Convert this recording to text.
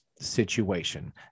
situation